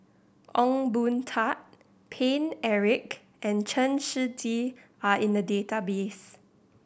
Ong Boon Tat Paine Eric and Chen Shiji are in the database